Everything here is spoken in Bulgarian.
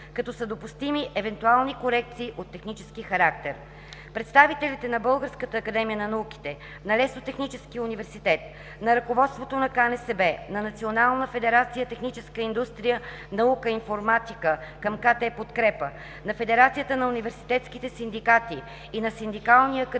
като са допустими евентуални корекции от технически характер. Представителите на Българската академия на науките, на Лесотехническия университет, на ръководството на КНСБ, на Национална федерация „Техническа индустрия, наука, информатика“ към КТ „Подкрепа“, на Федерацията на университетските синдикати и на Синдикалния академичен